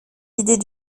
idées